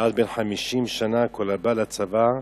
עד בן-חמישים שנה, כל-הבא לצבא,